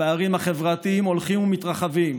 הפערים החברתיים הולכים ומתרחבים,